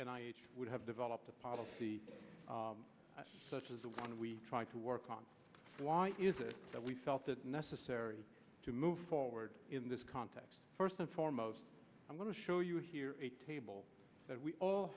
and i would have developed a policy such as the one we tried to work on why is it that we felt it necessary to move forward in this context first and foremost i'm going to show you here a table that we all